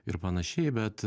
ir panašiai bet